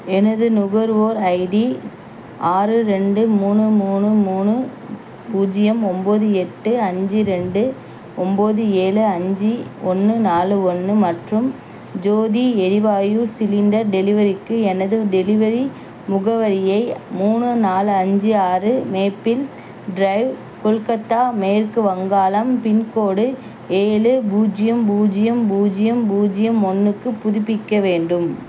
எனது நுகர்வோர் ஐடி ஆறு ரெண்டு மூணு மூணு மூணு பூஜ்ஜியம் ஒம்போது எட்டு அஞ்சு ரெண்டு ஒம்போது ஏழு அஞ்சு ஒன்று நாலு ஒன்று மற்றும் ஜோதி எரிவாயு சிலிண்டர் டெலிவரிக்கு எனது டெலிவரி முகவரியை மூணு நாலு அஞ்சு ஆறு மேப்பிள் ட்ரைவ் கொல்கத்தா மேற்கு வங்காளம் பின்கோடு ஏழு பூஜ்ஜியம் பூஜ்ஜியம் பூஜ்ஜியம் பூஜ்ஜியம் ஒன்றுக்கு புதுப்பிக்க வேண்டும்